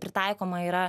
pritaikoma yra